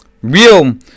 Real